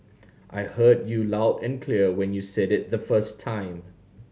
I heard you loud and clear when you said it the first time